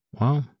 Wow